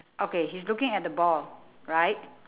okay he's looking at the ball right